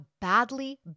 badly